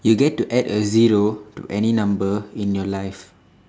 you get to add a zero to any number in your life